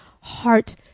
heart